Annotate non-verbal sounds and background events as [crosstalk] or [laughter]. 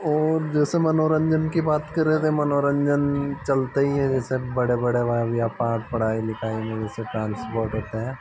और जैसे मनोरंजन की बात कर रहे थे मनोरंजन चलते ही हैं जैसे बड़े बड़े [unintelligible] या पाठ पढ़ाई लिखाई [unintelligible] जैसे ट्रांसपोर्ट होते हैं